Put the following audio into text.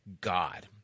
God